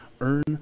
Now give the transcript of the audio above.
earn